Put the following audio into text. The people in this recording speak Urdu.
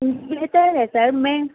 بہتر ہے سر میں